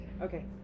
Okay